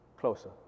closer